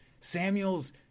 Samuel's